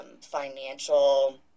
financial